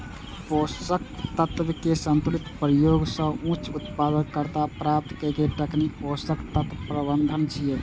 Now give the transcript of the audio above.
पोषक तत्व के संतुलित प्रयोग सं उच्च उत्पादकता प्राप्त करै के तकनीक पोषक तत्व प्रबंधन छियै